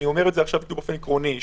עקרונית,